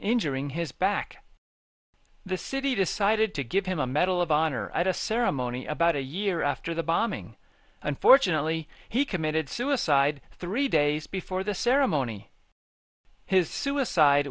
injuring his back the city decided to give him a medal of honor i just ceremony about a year after the bombing unfortunately he committed suicide three days before the ceremony his suicide